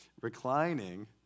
Reclining